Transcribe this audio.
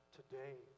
today